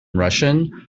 russian